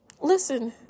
listen